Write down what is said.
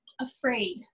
afraid